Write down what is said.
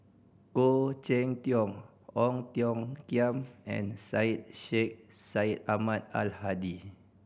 Khoo Cheng Tiong Ong Tiong Khiam and Syed Sheikh Syed Ahmad Al Hadi